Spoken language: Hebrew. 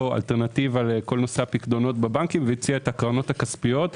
אלטרנטיבה לכל נושא הפיקדונות בבנקים והציע את הקרנות הכספיות.